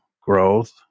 growth